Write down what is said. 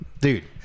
Dude